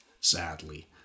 sadly